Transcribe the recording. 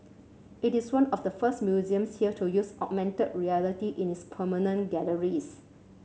it is one of the first museums here to use augmented reality in its permanent galleries